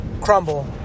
Crumble